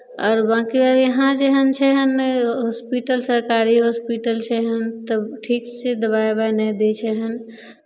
आओर बाकी इहाँ जेहन छै एहन हॉस्पिटल सरकारी हॉस्पिटल छै एहन तब ठीक छै दबाइ उबाइ नहि दै छै एहन